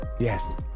Yes